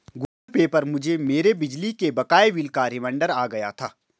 Google Pay पर मुझे मेरे बिजली के बकाया बिल का रिमाइन्डर आ गया था